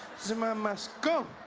zuma must go!